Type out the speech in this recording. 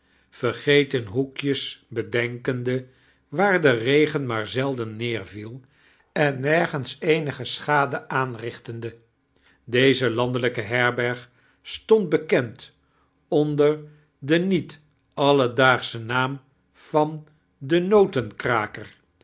vergeiten hoekjes bedenkende waar de regen maar zelden neerviel en nergens eenige schade aanrichtende deze landelijke herbemg stond bekiend ondeir den niet alledaagsichen naam van d